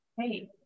Hey